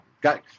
Got